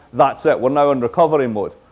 that's it. we're now in recovery mode.